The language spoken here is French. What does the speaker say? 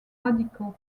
radicaux